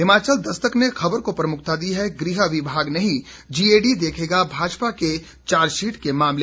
हिमाचल दस्तक ने खबर को प्रमुखता दी है गृह विभाग नहीं जीएडी देखेगा भाजपा के चार्जशीट के मामले